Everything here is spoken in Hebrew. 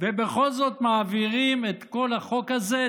ובכל זאת מעבירים את כל החוק הזה,